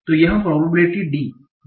तो यह probability D